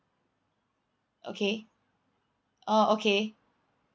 okay oh okay